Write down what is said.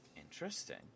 Interesting